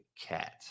cat